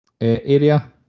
area